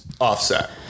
offset